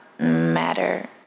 matter